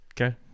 Okay